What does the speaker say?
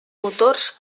motors